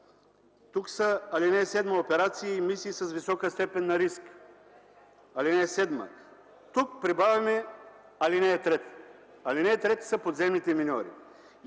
Тук са, ал. 7, „операции и мисии с висока степен на риск”. Алинея 7, тук прибавяме ал. 3. Алинея 3 са „подземните миньори”.